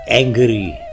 angry